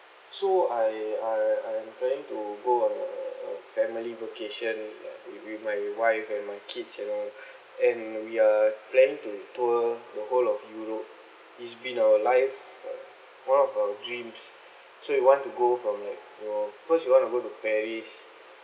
so I I I'm planning to go on a family vacation uh with with my wife and my kids you know and we are planning to tour the whole of europe it's been our life uh one of our dreams so we want to go from like uh first we want to go to paris